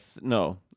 no